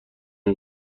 این